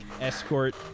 escort